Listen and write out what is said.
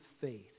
faith